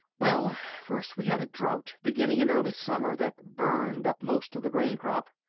well, first we had a drought, beginning in early summer, that burned up most of the grain crop.